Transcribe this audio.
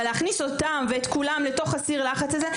להכניס אותם ואת כולם לתוך סיר הלחץ הזה,